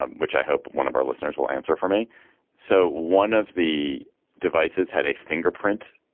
um which i hope one of our listeners will answer for me so one of the devices had a fingerprint.